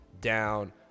down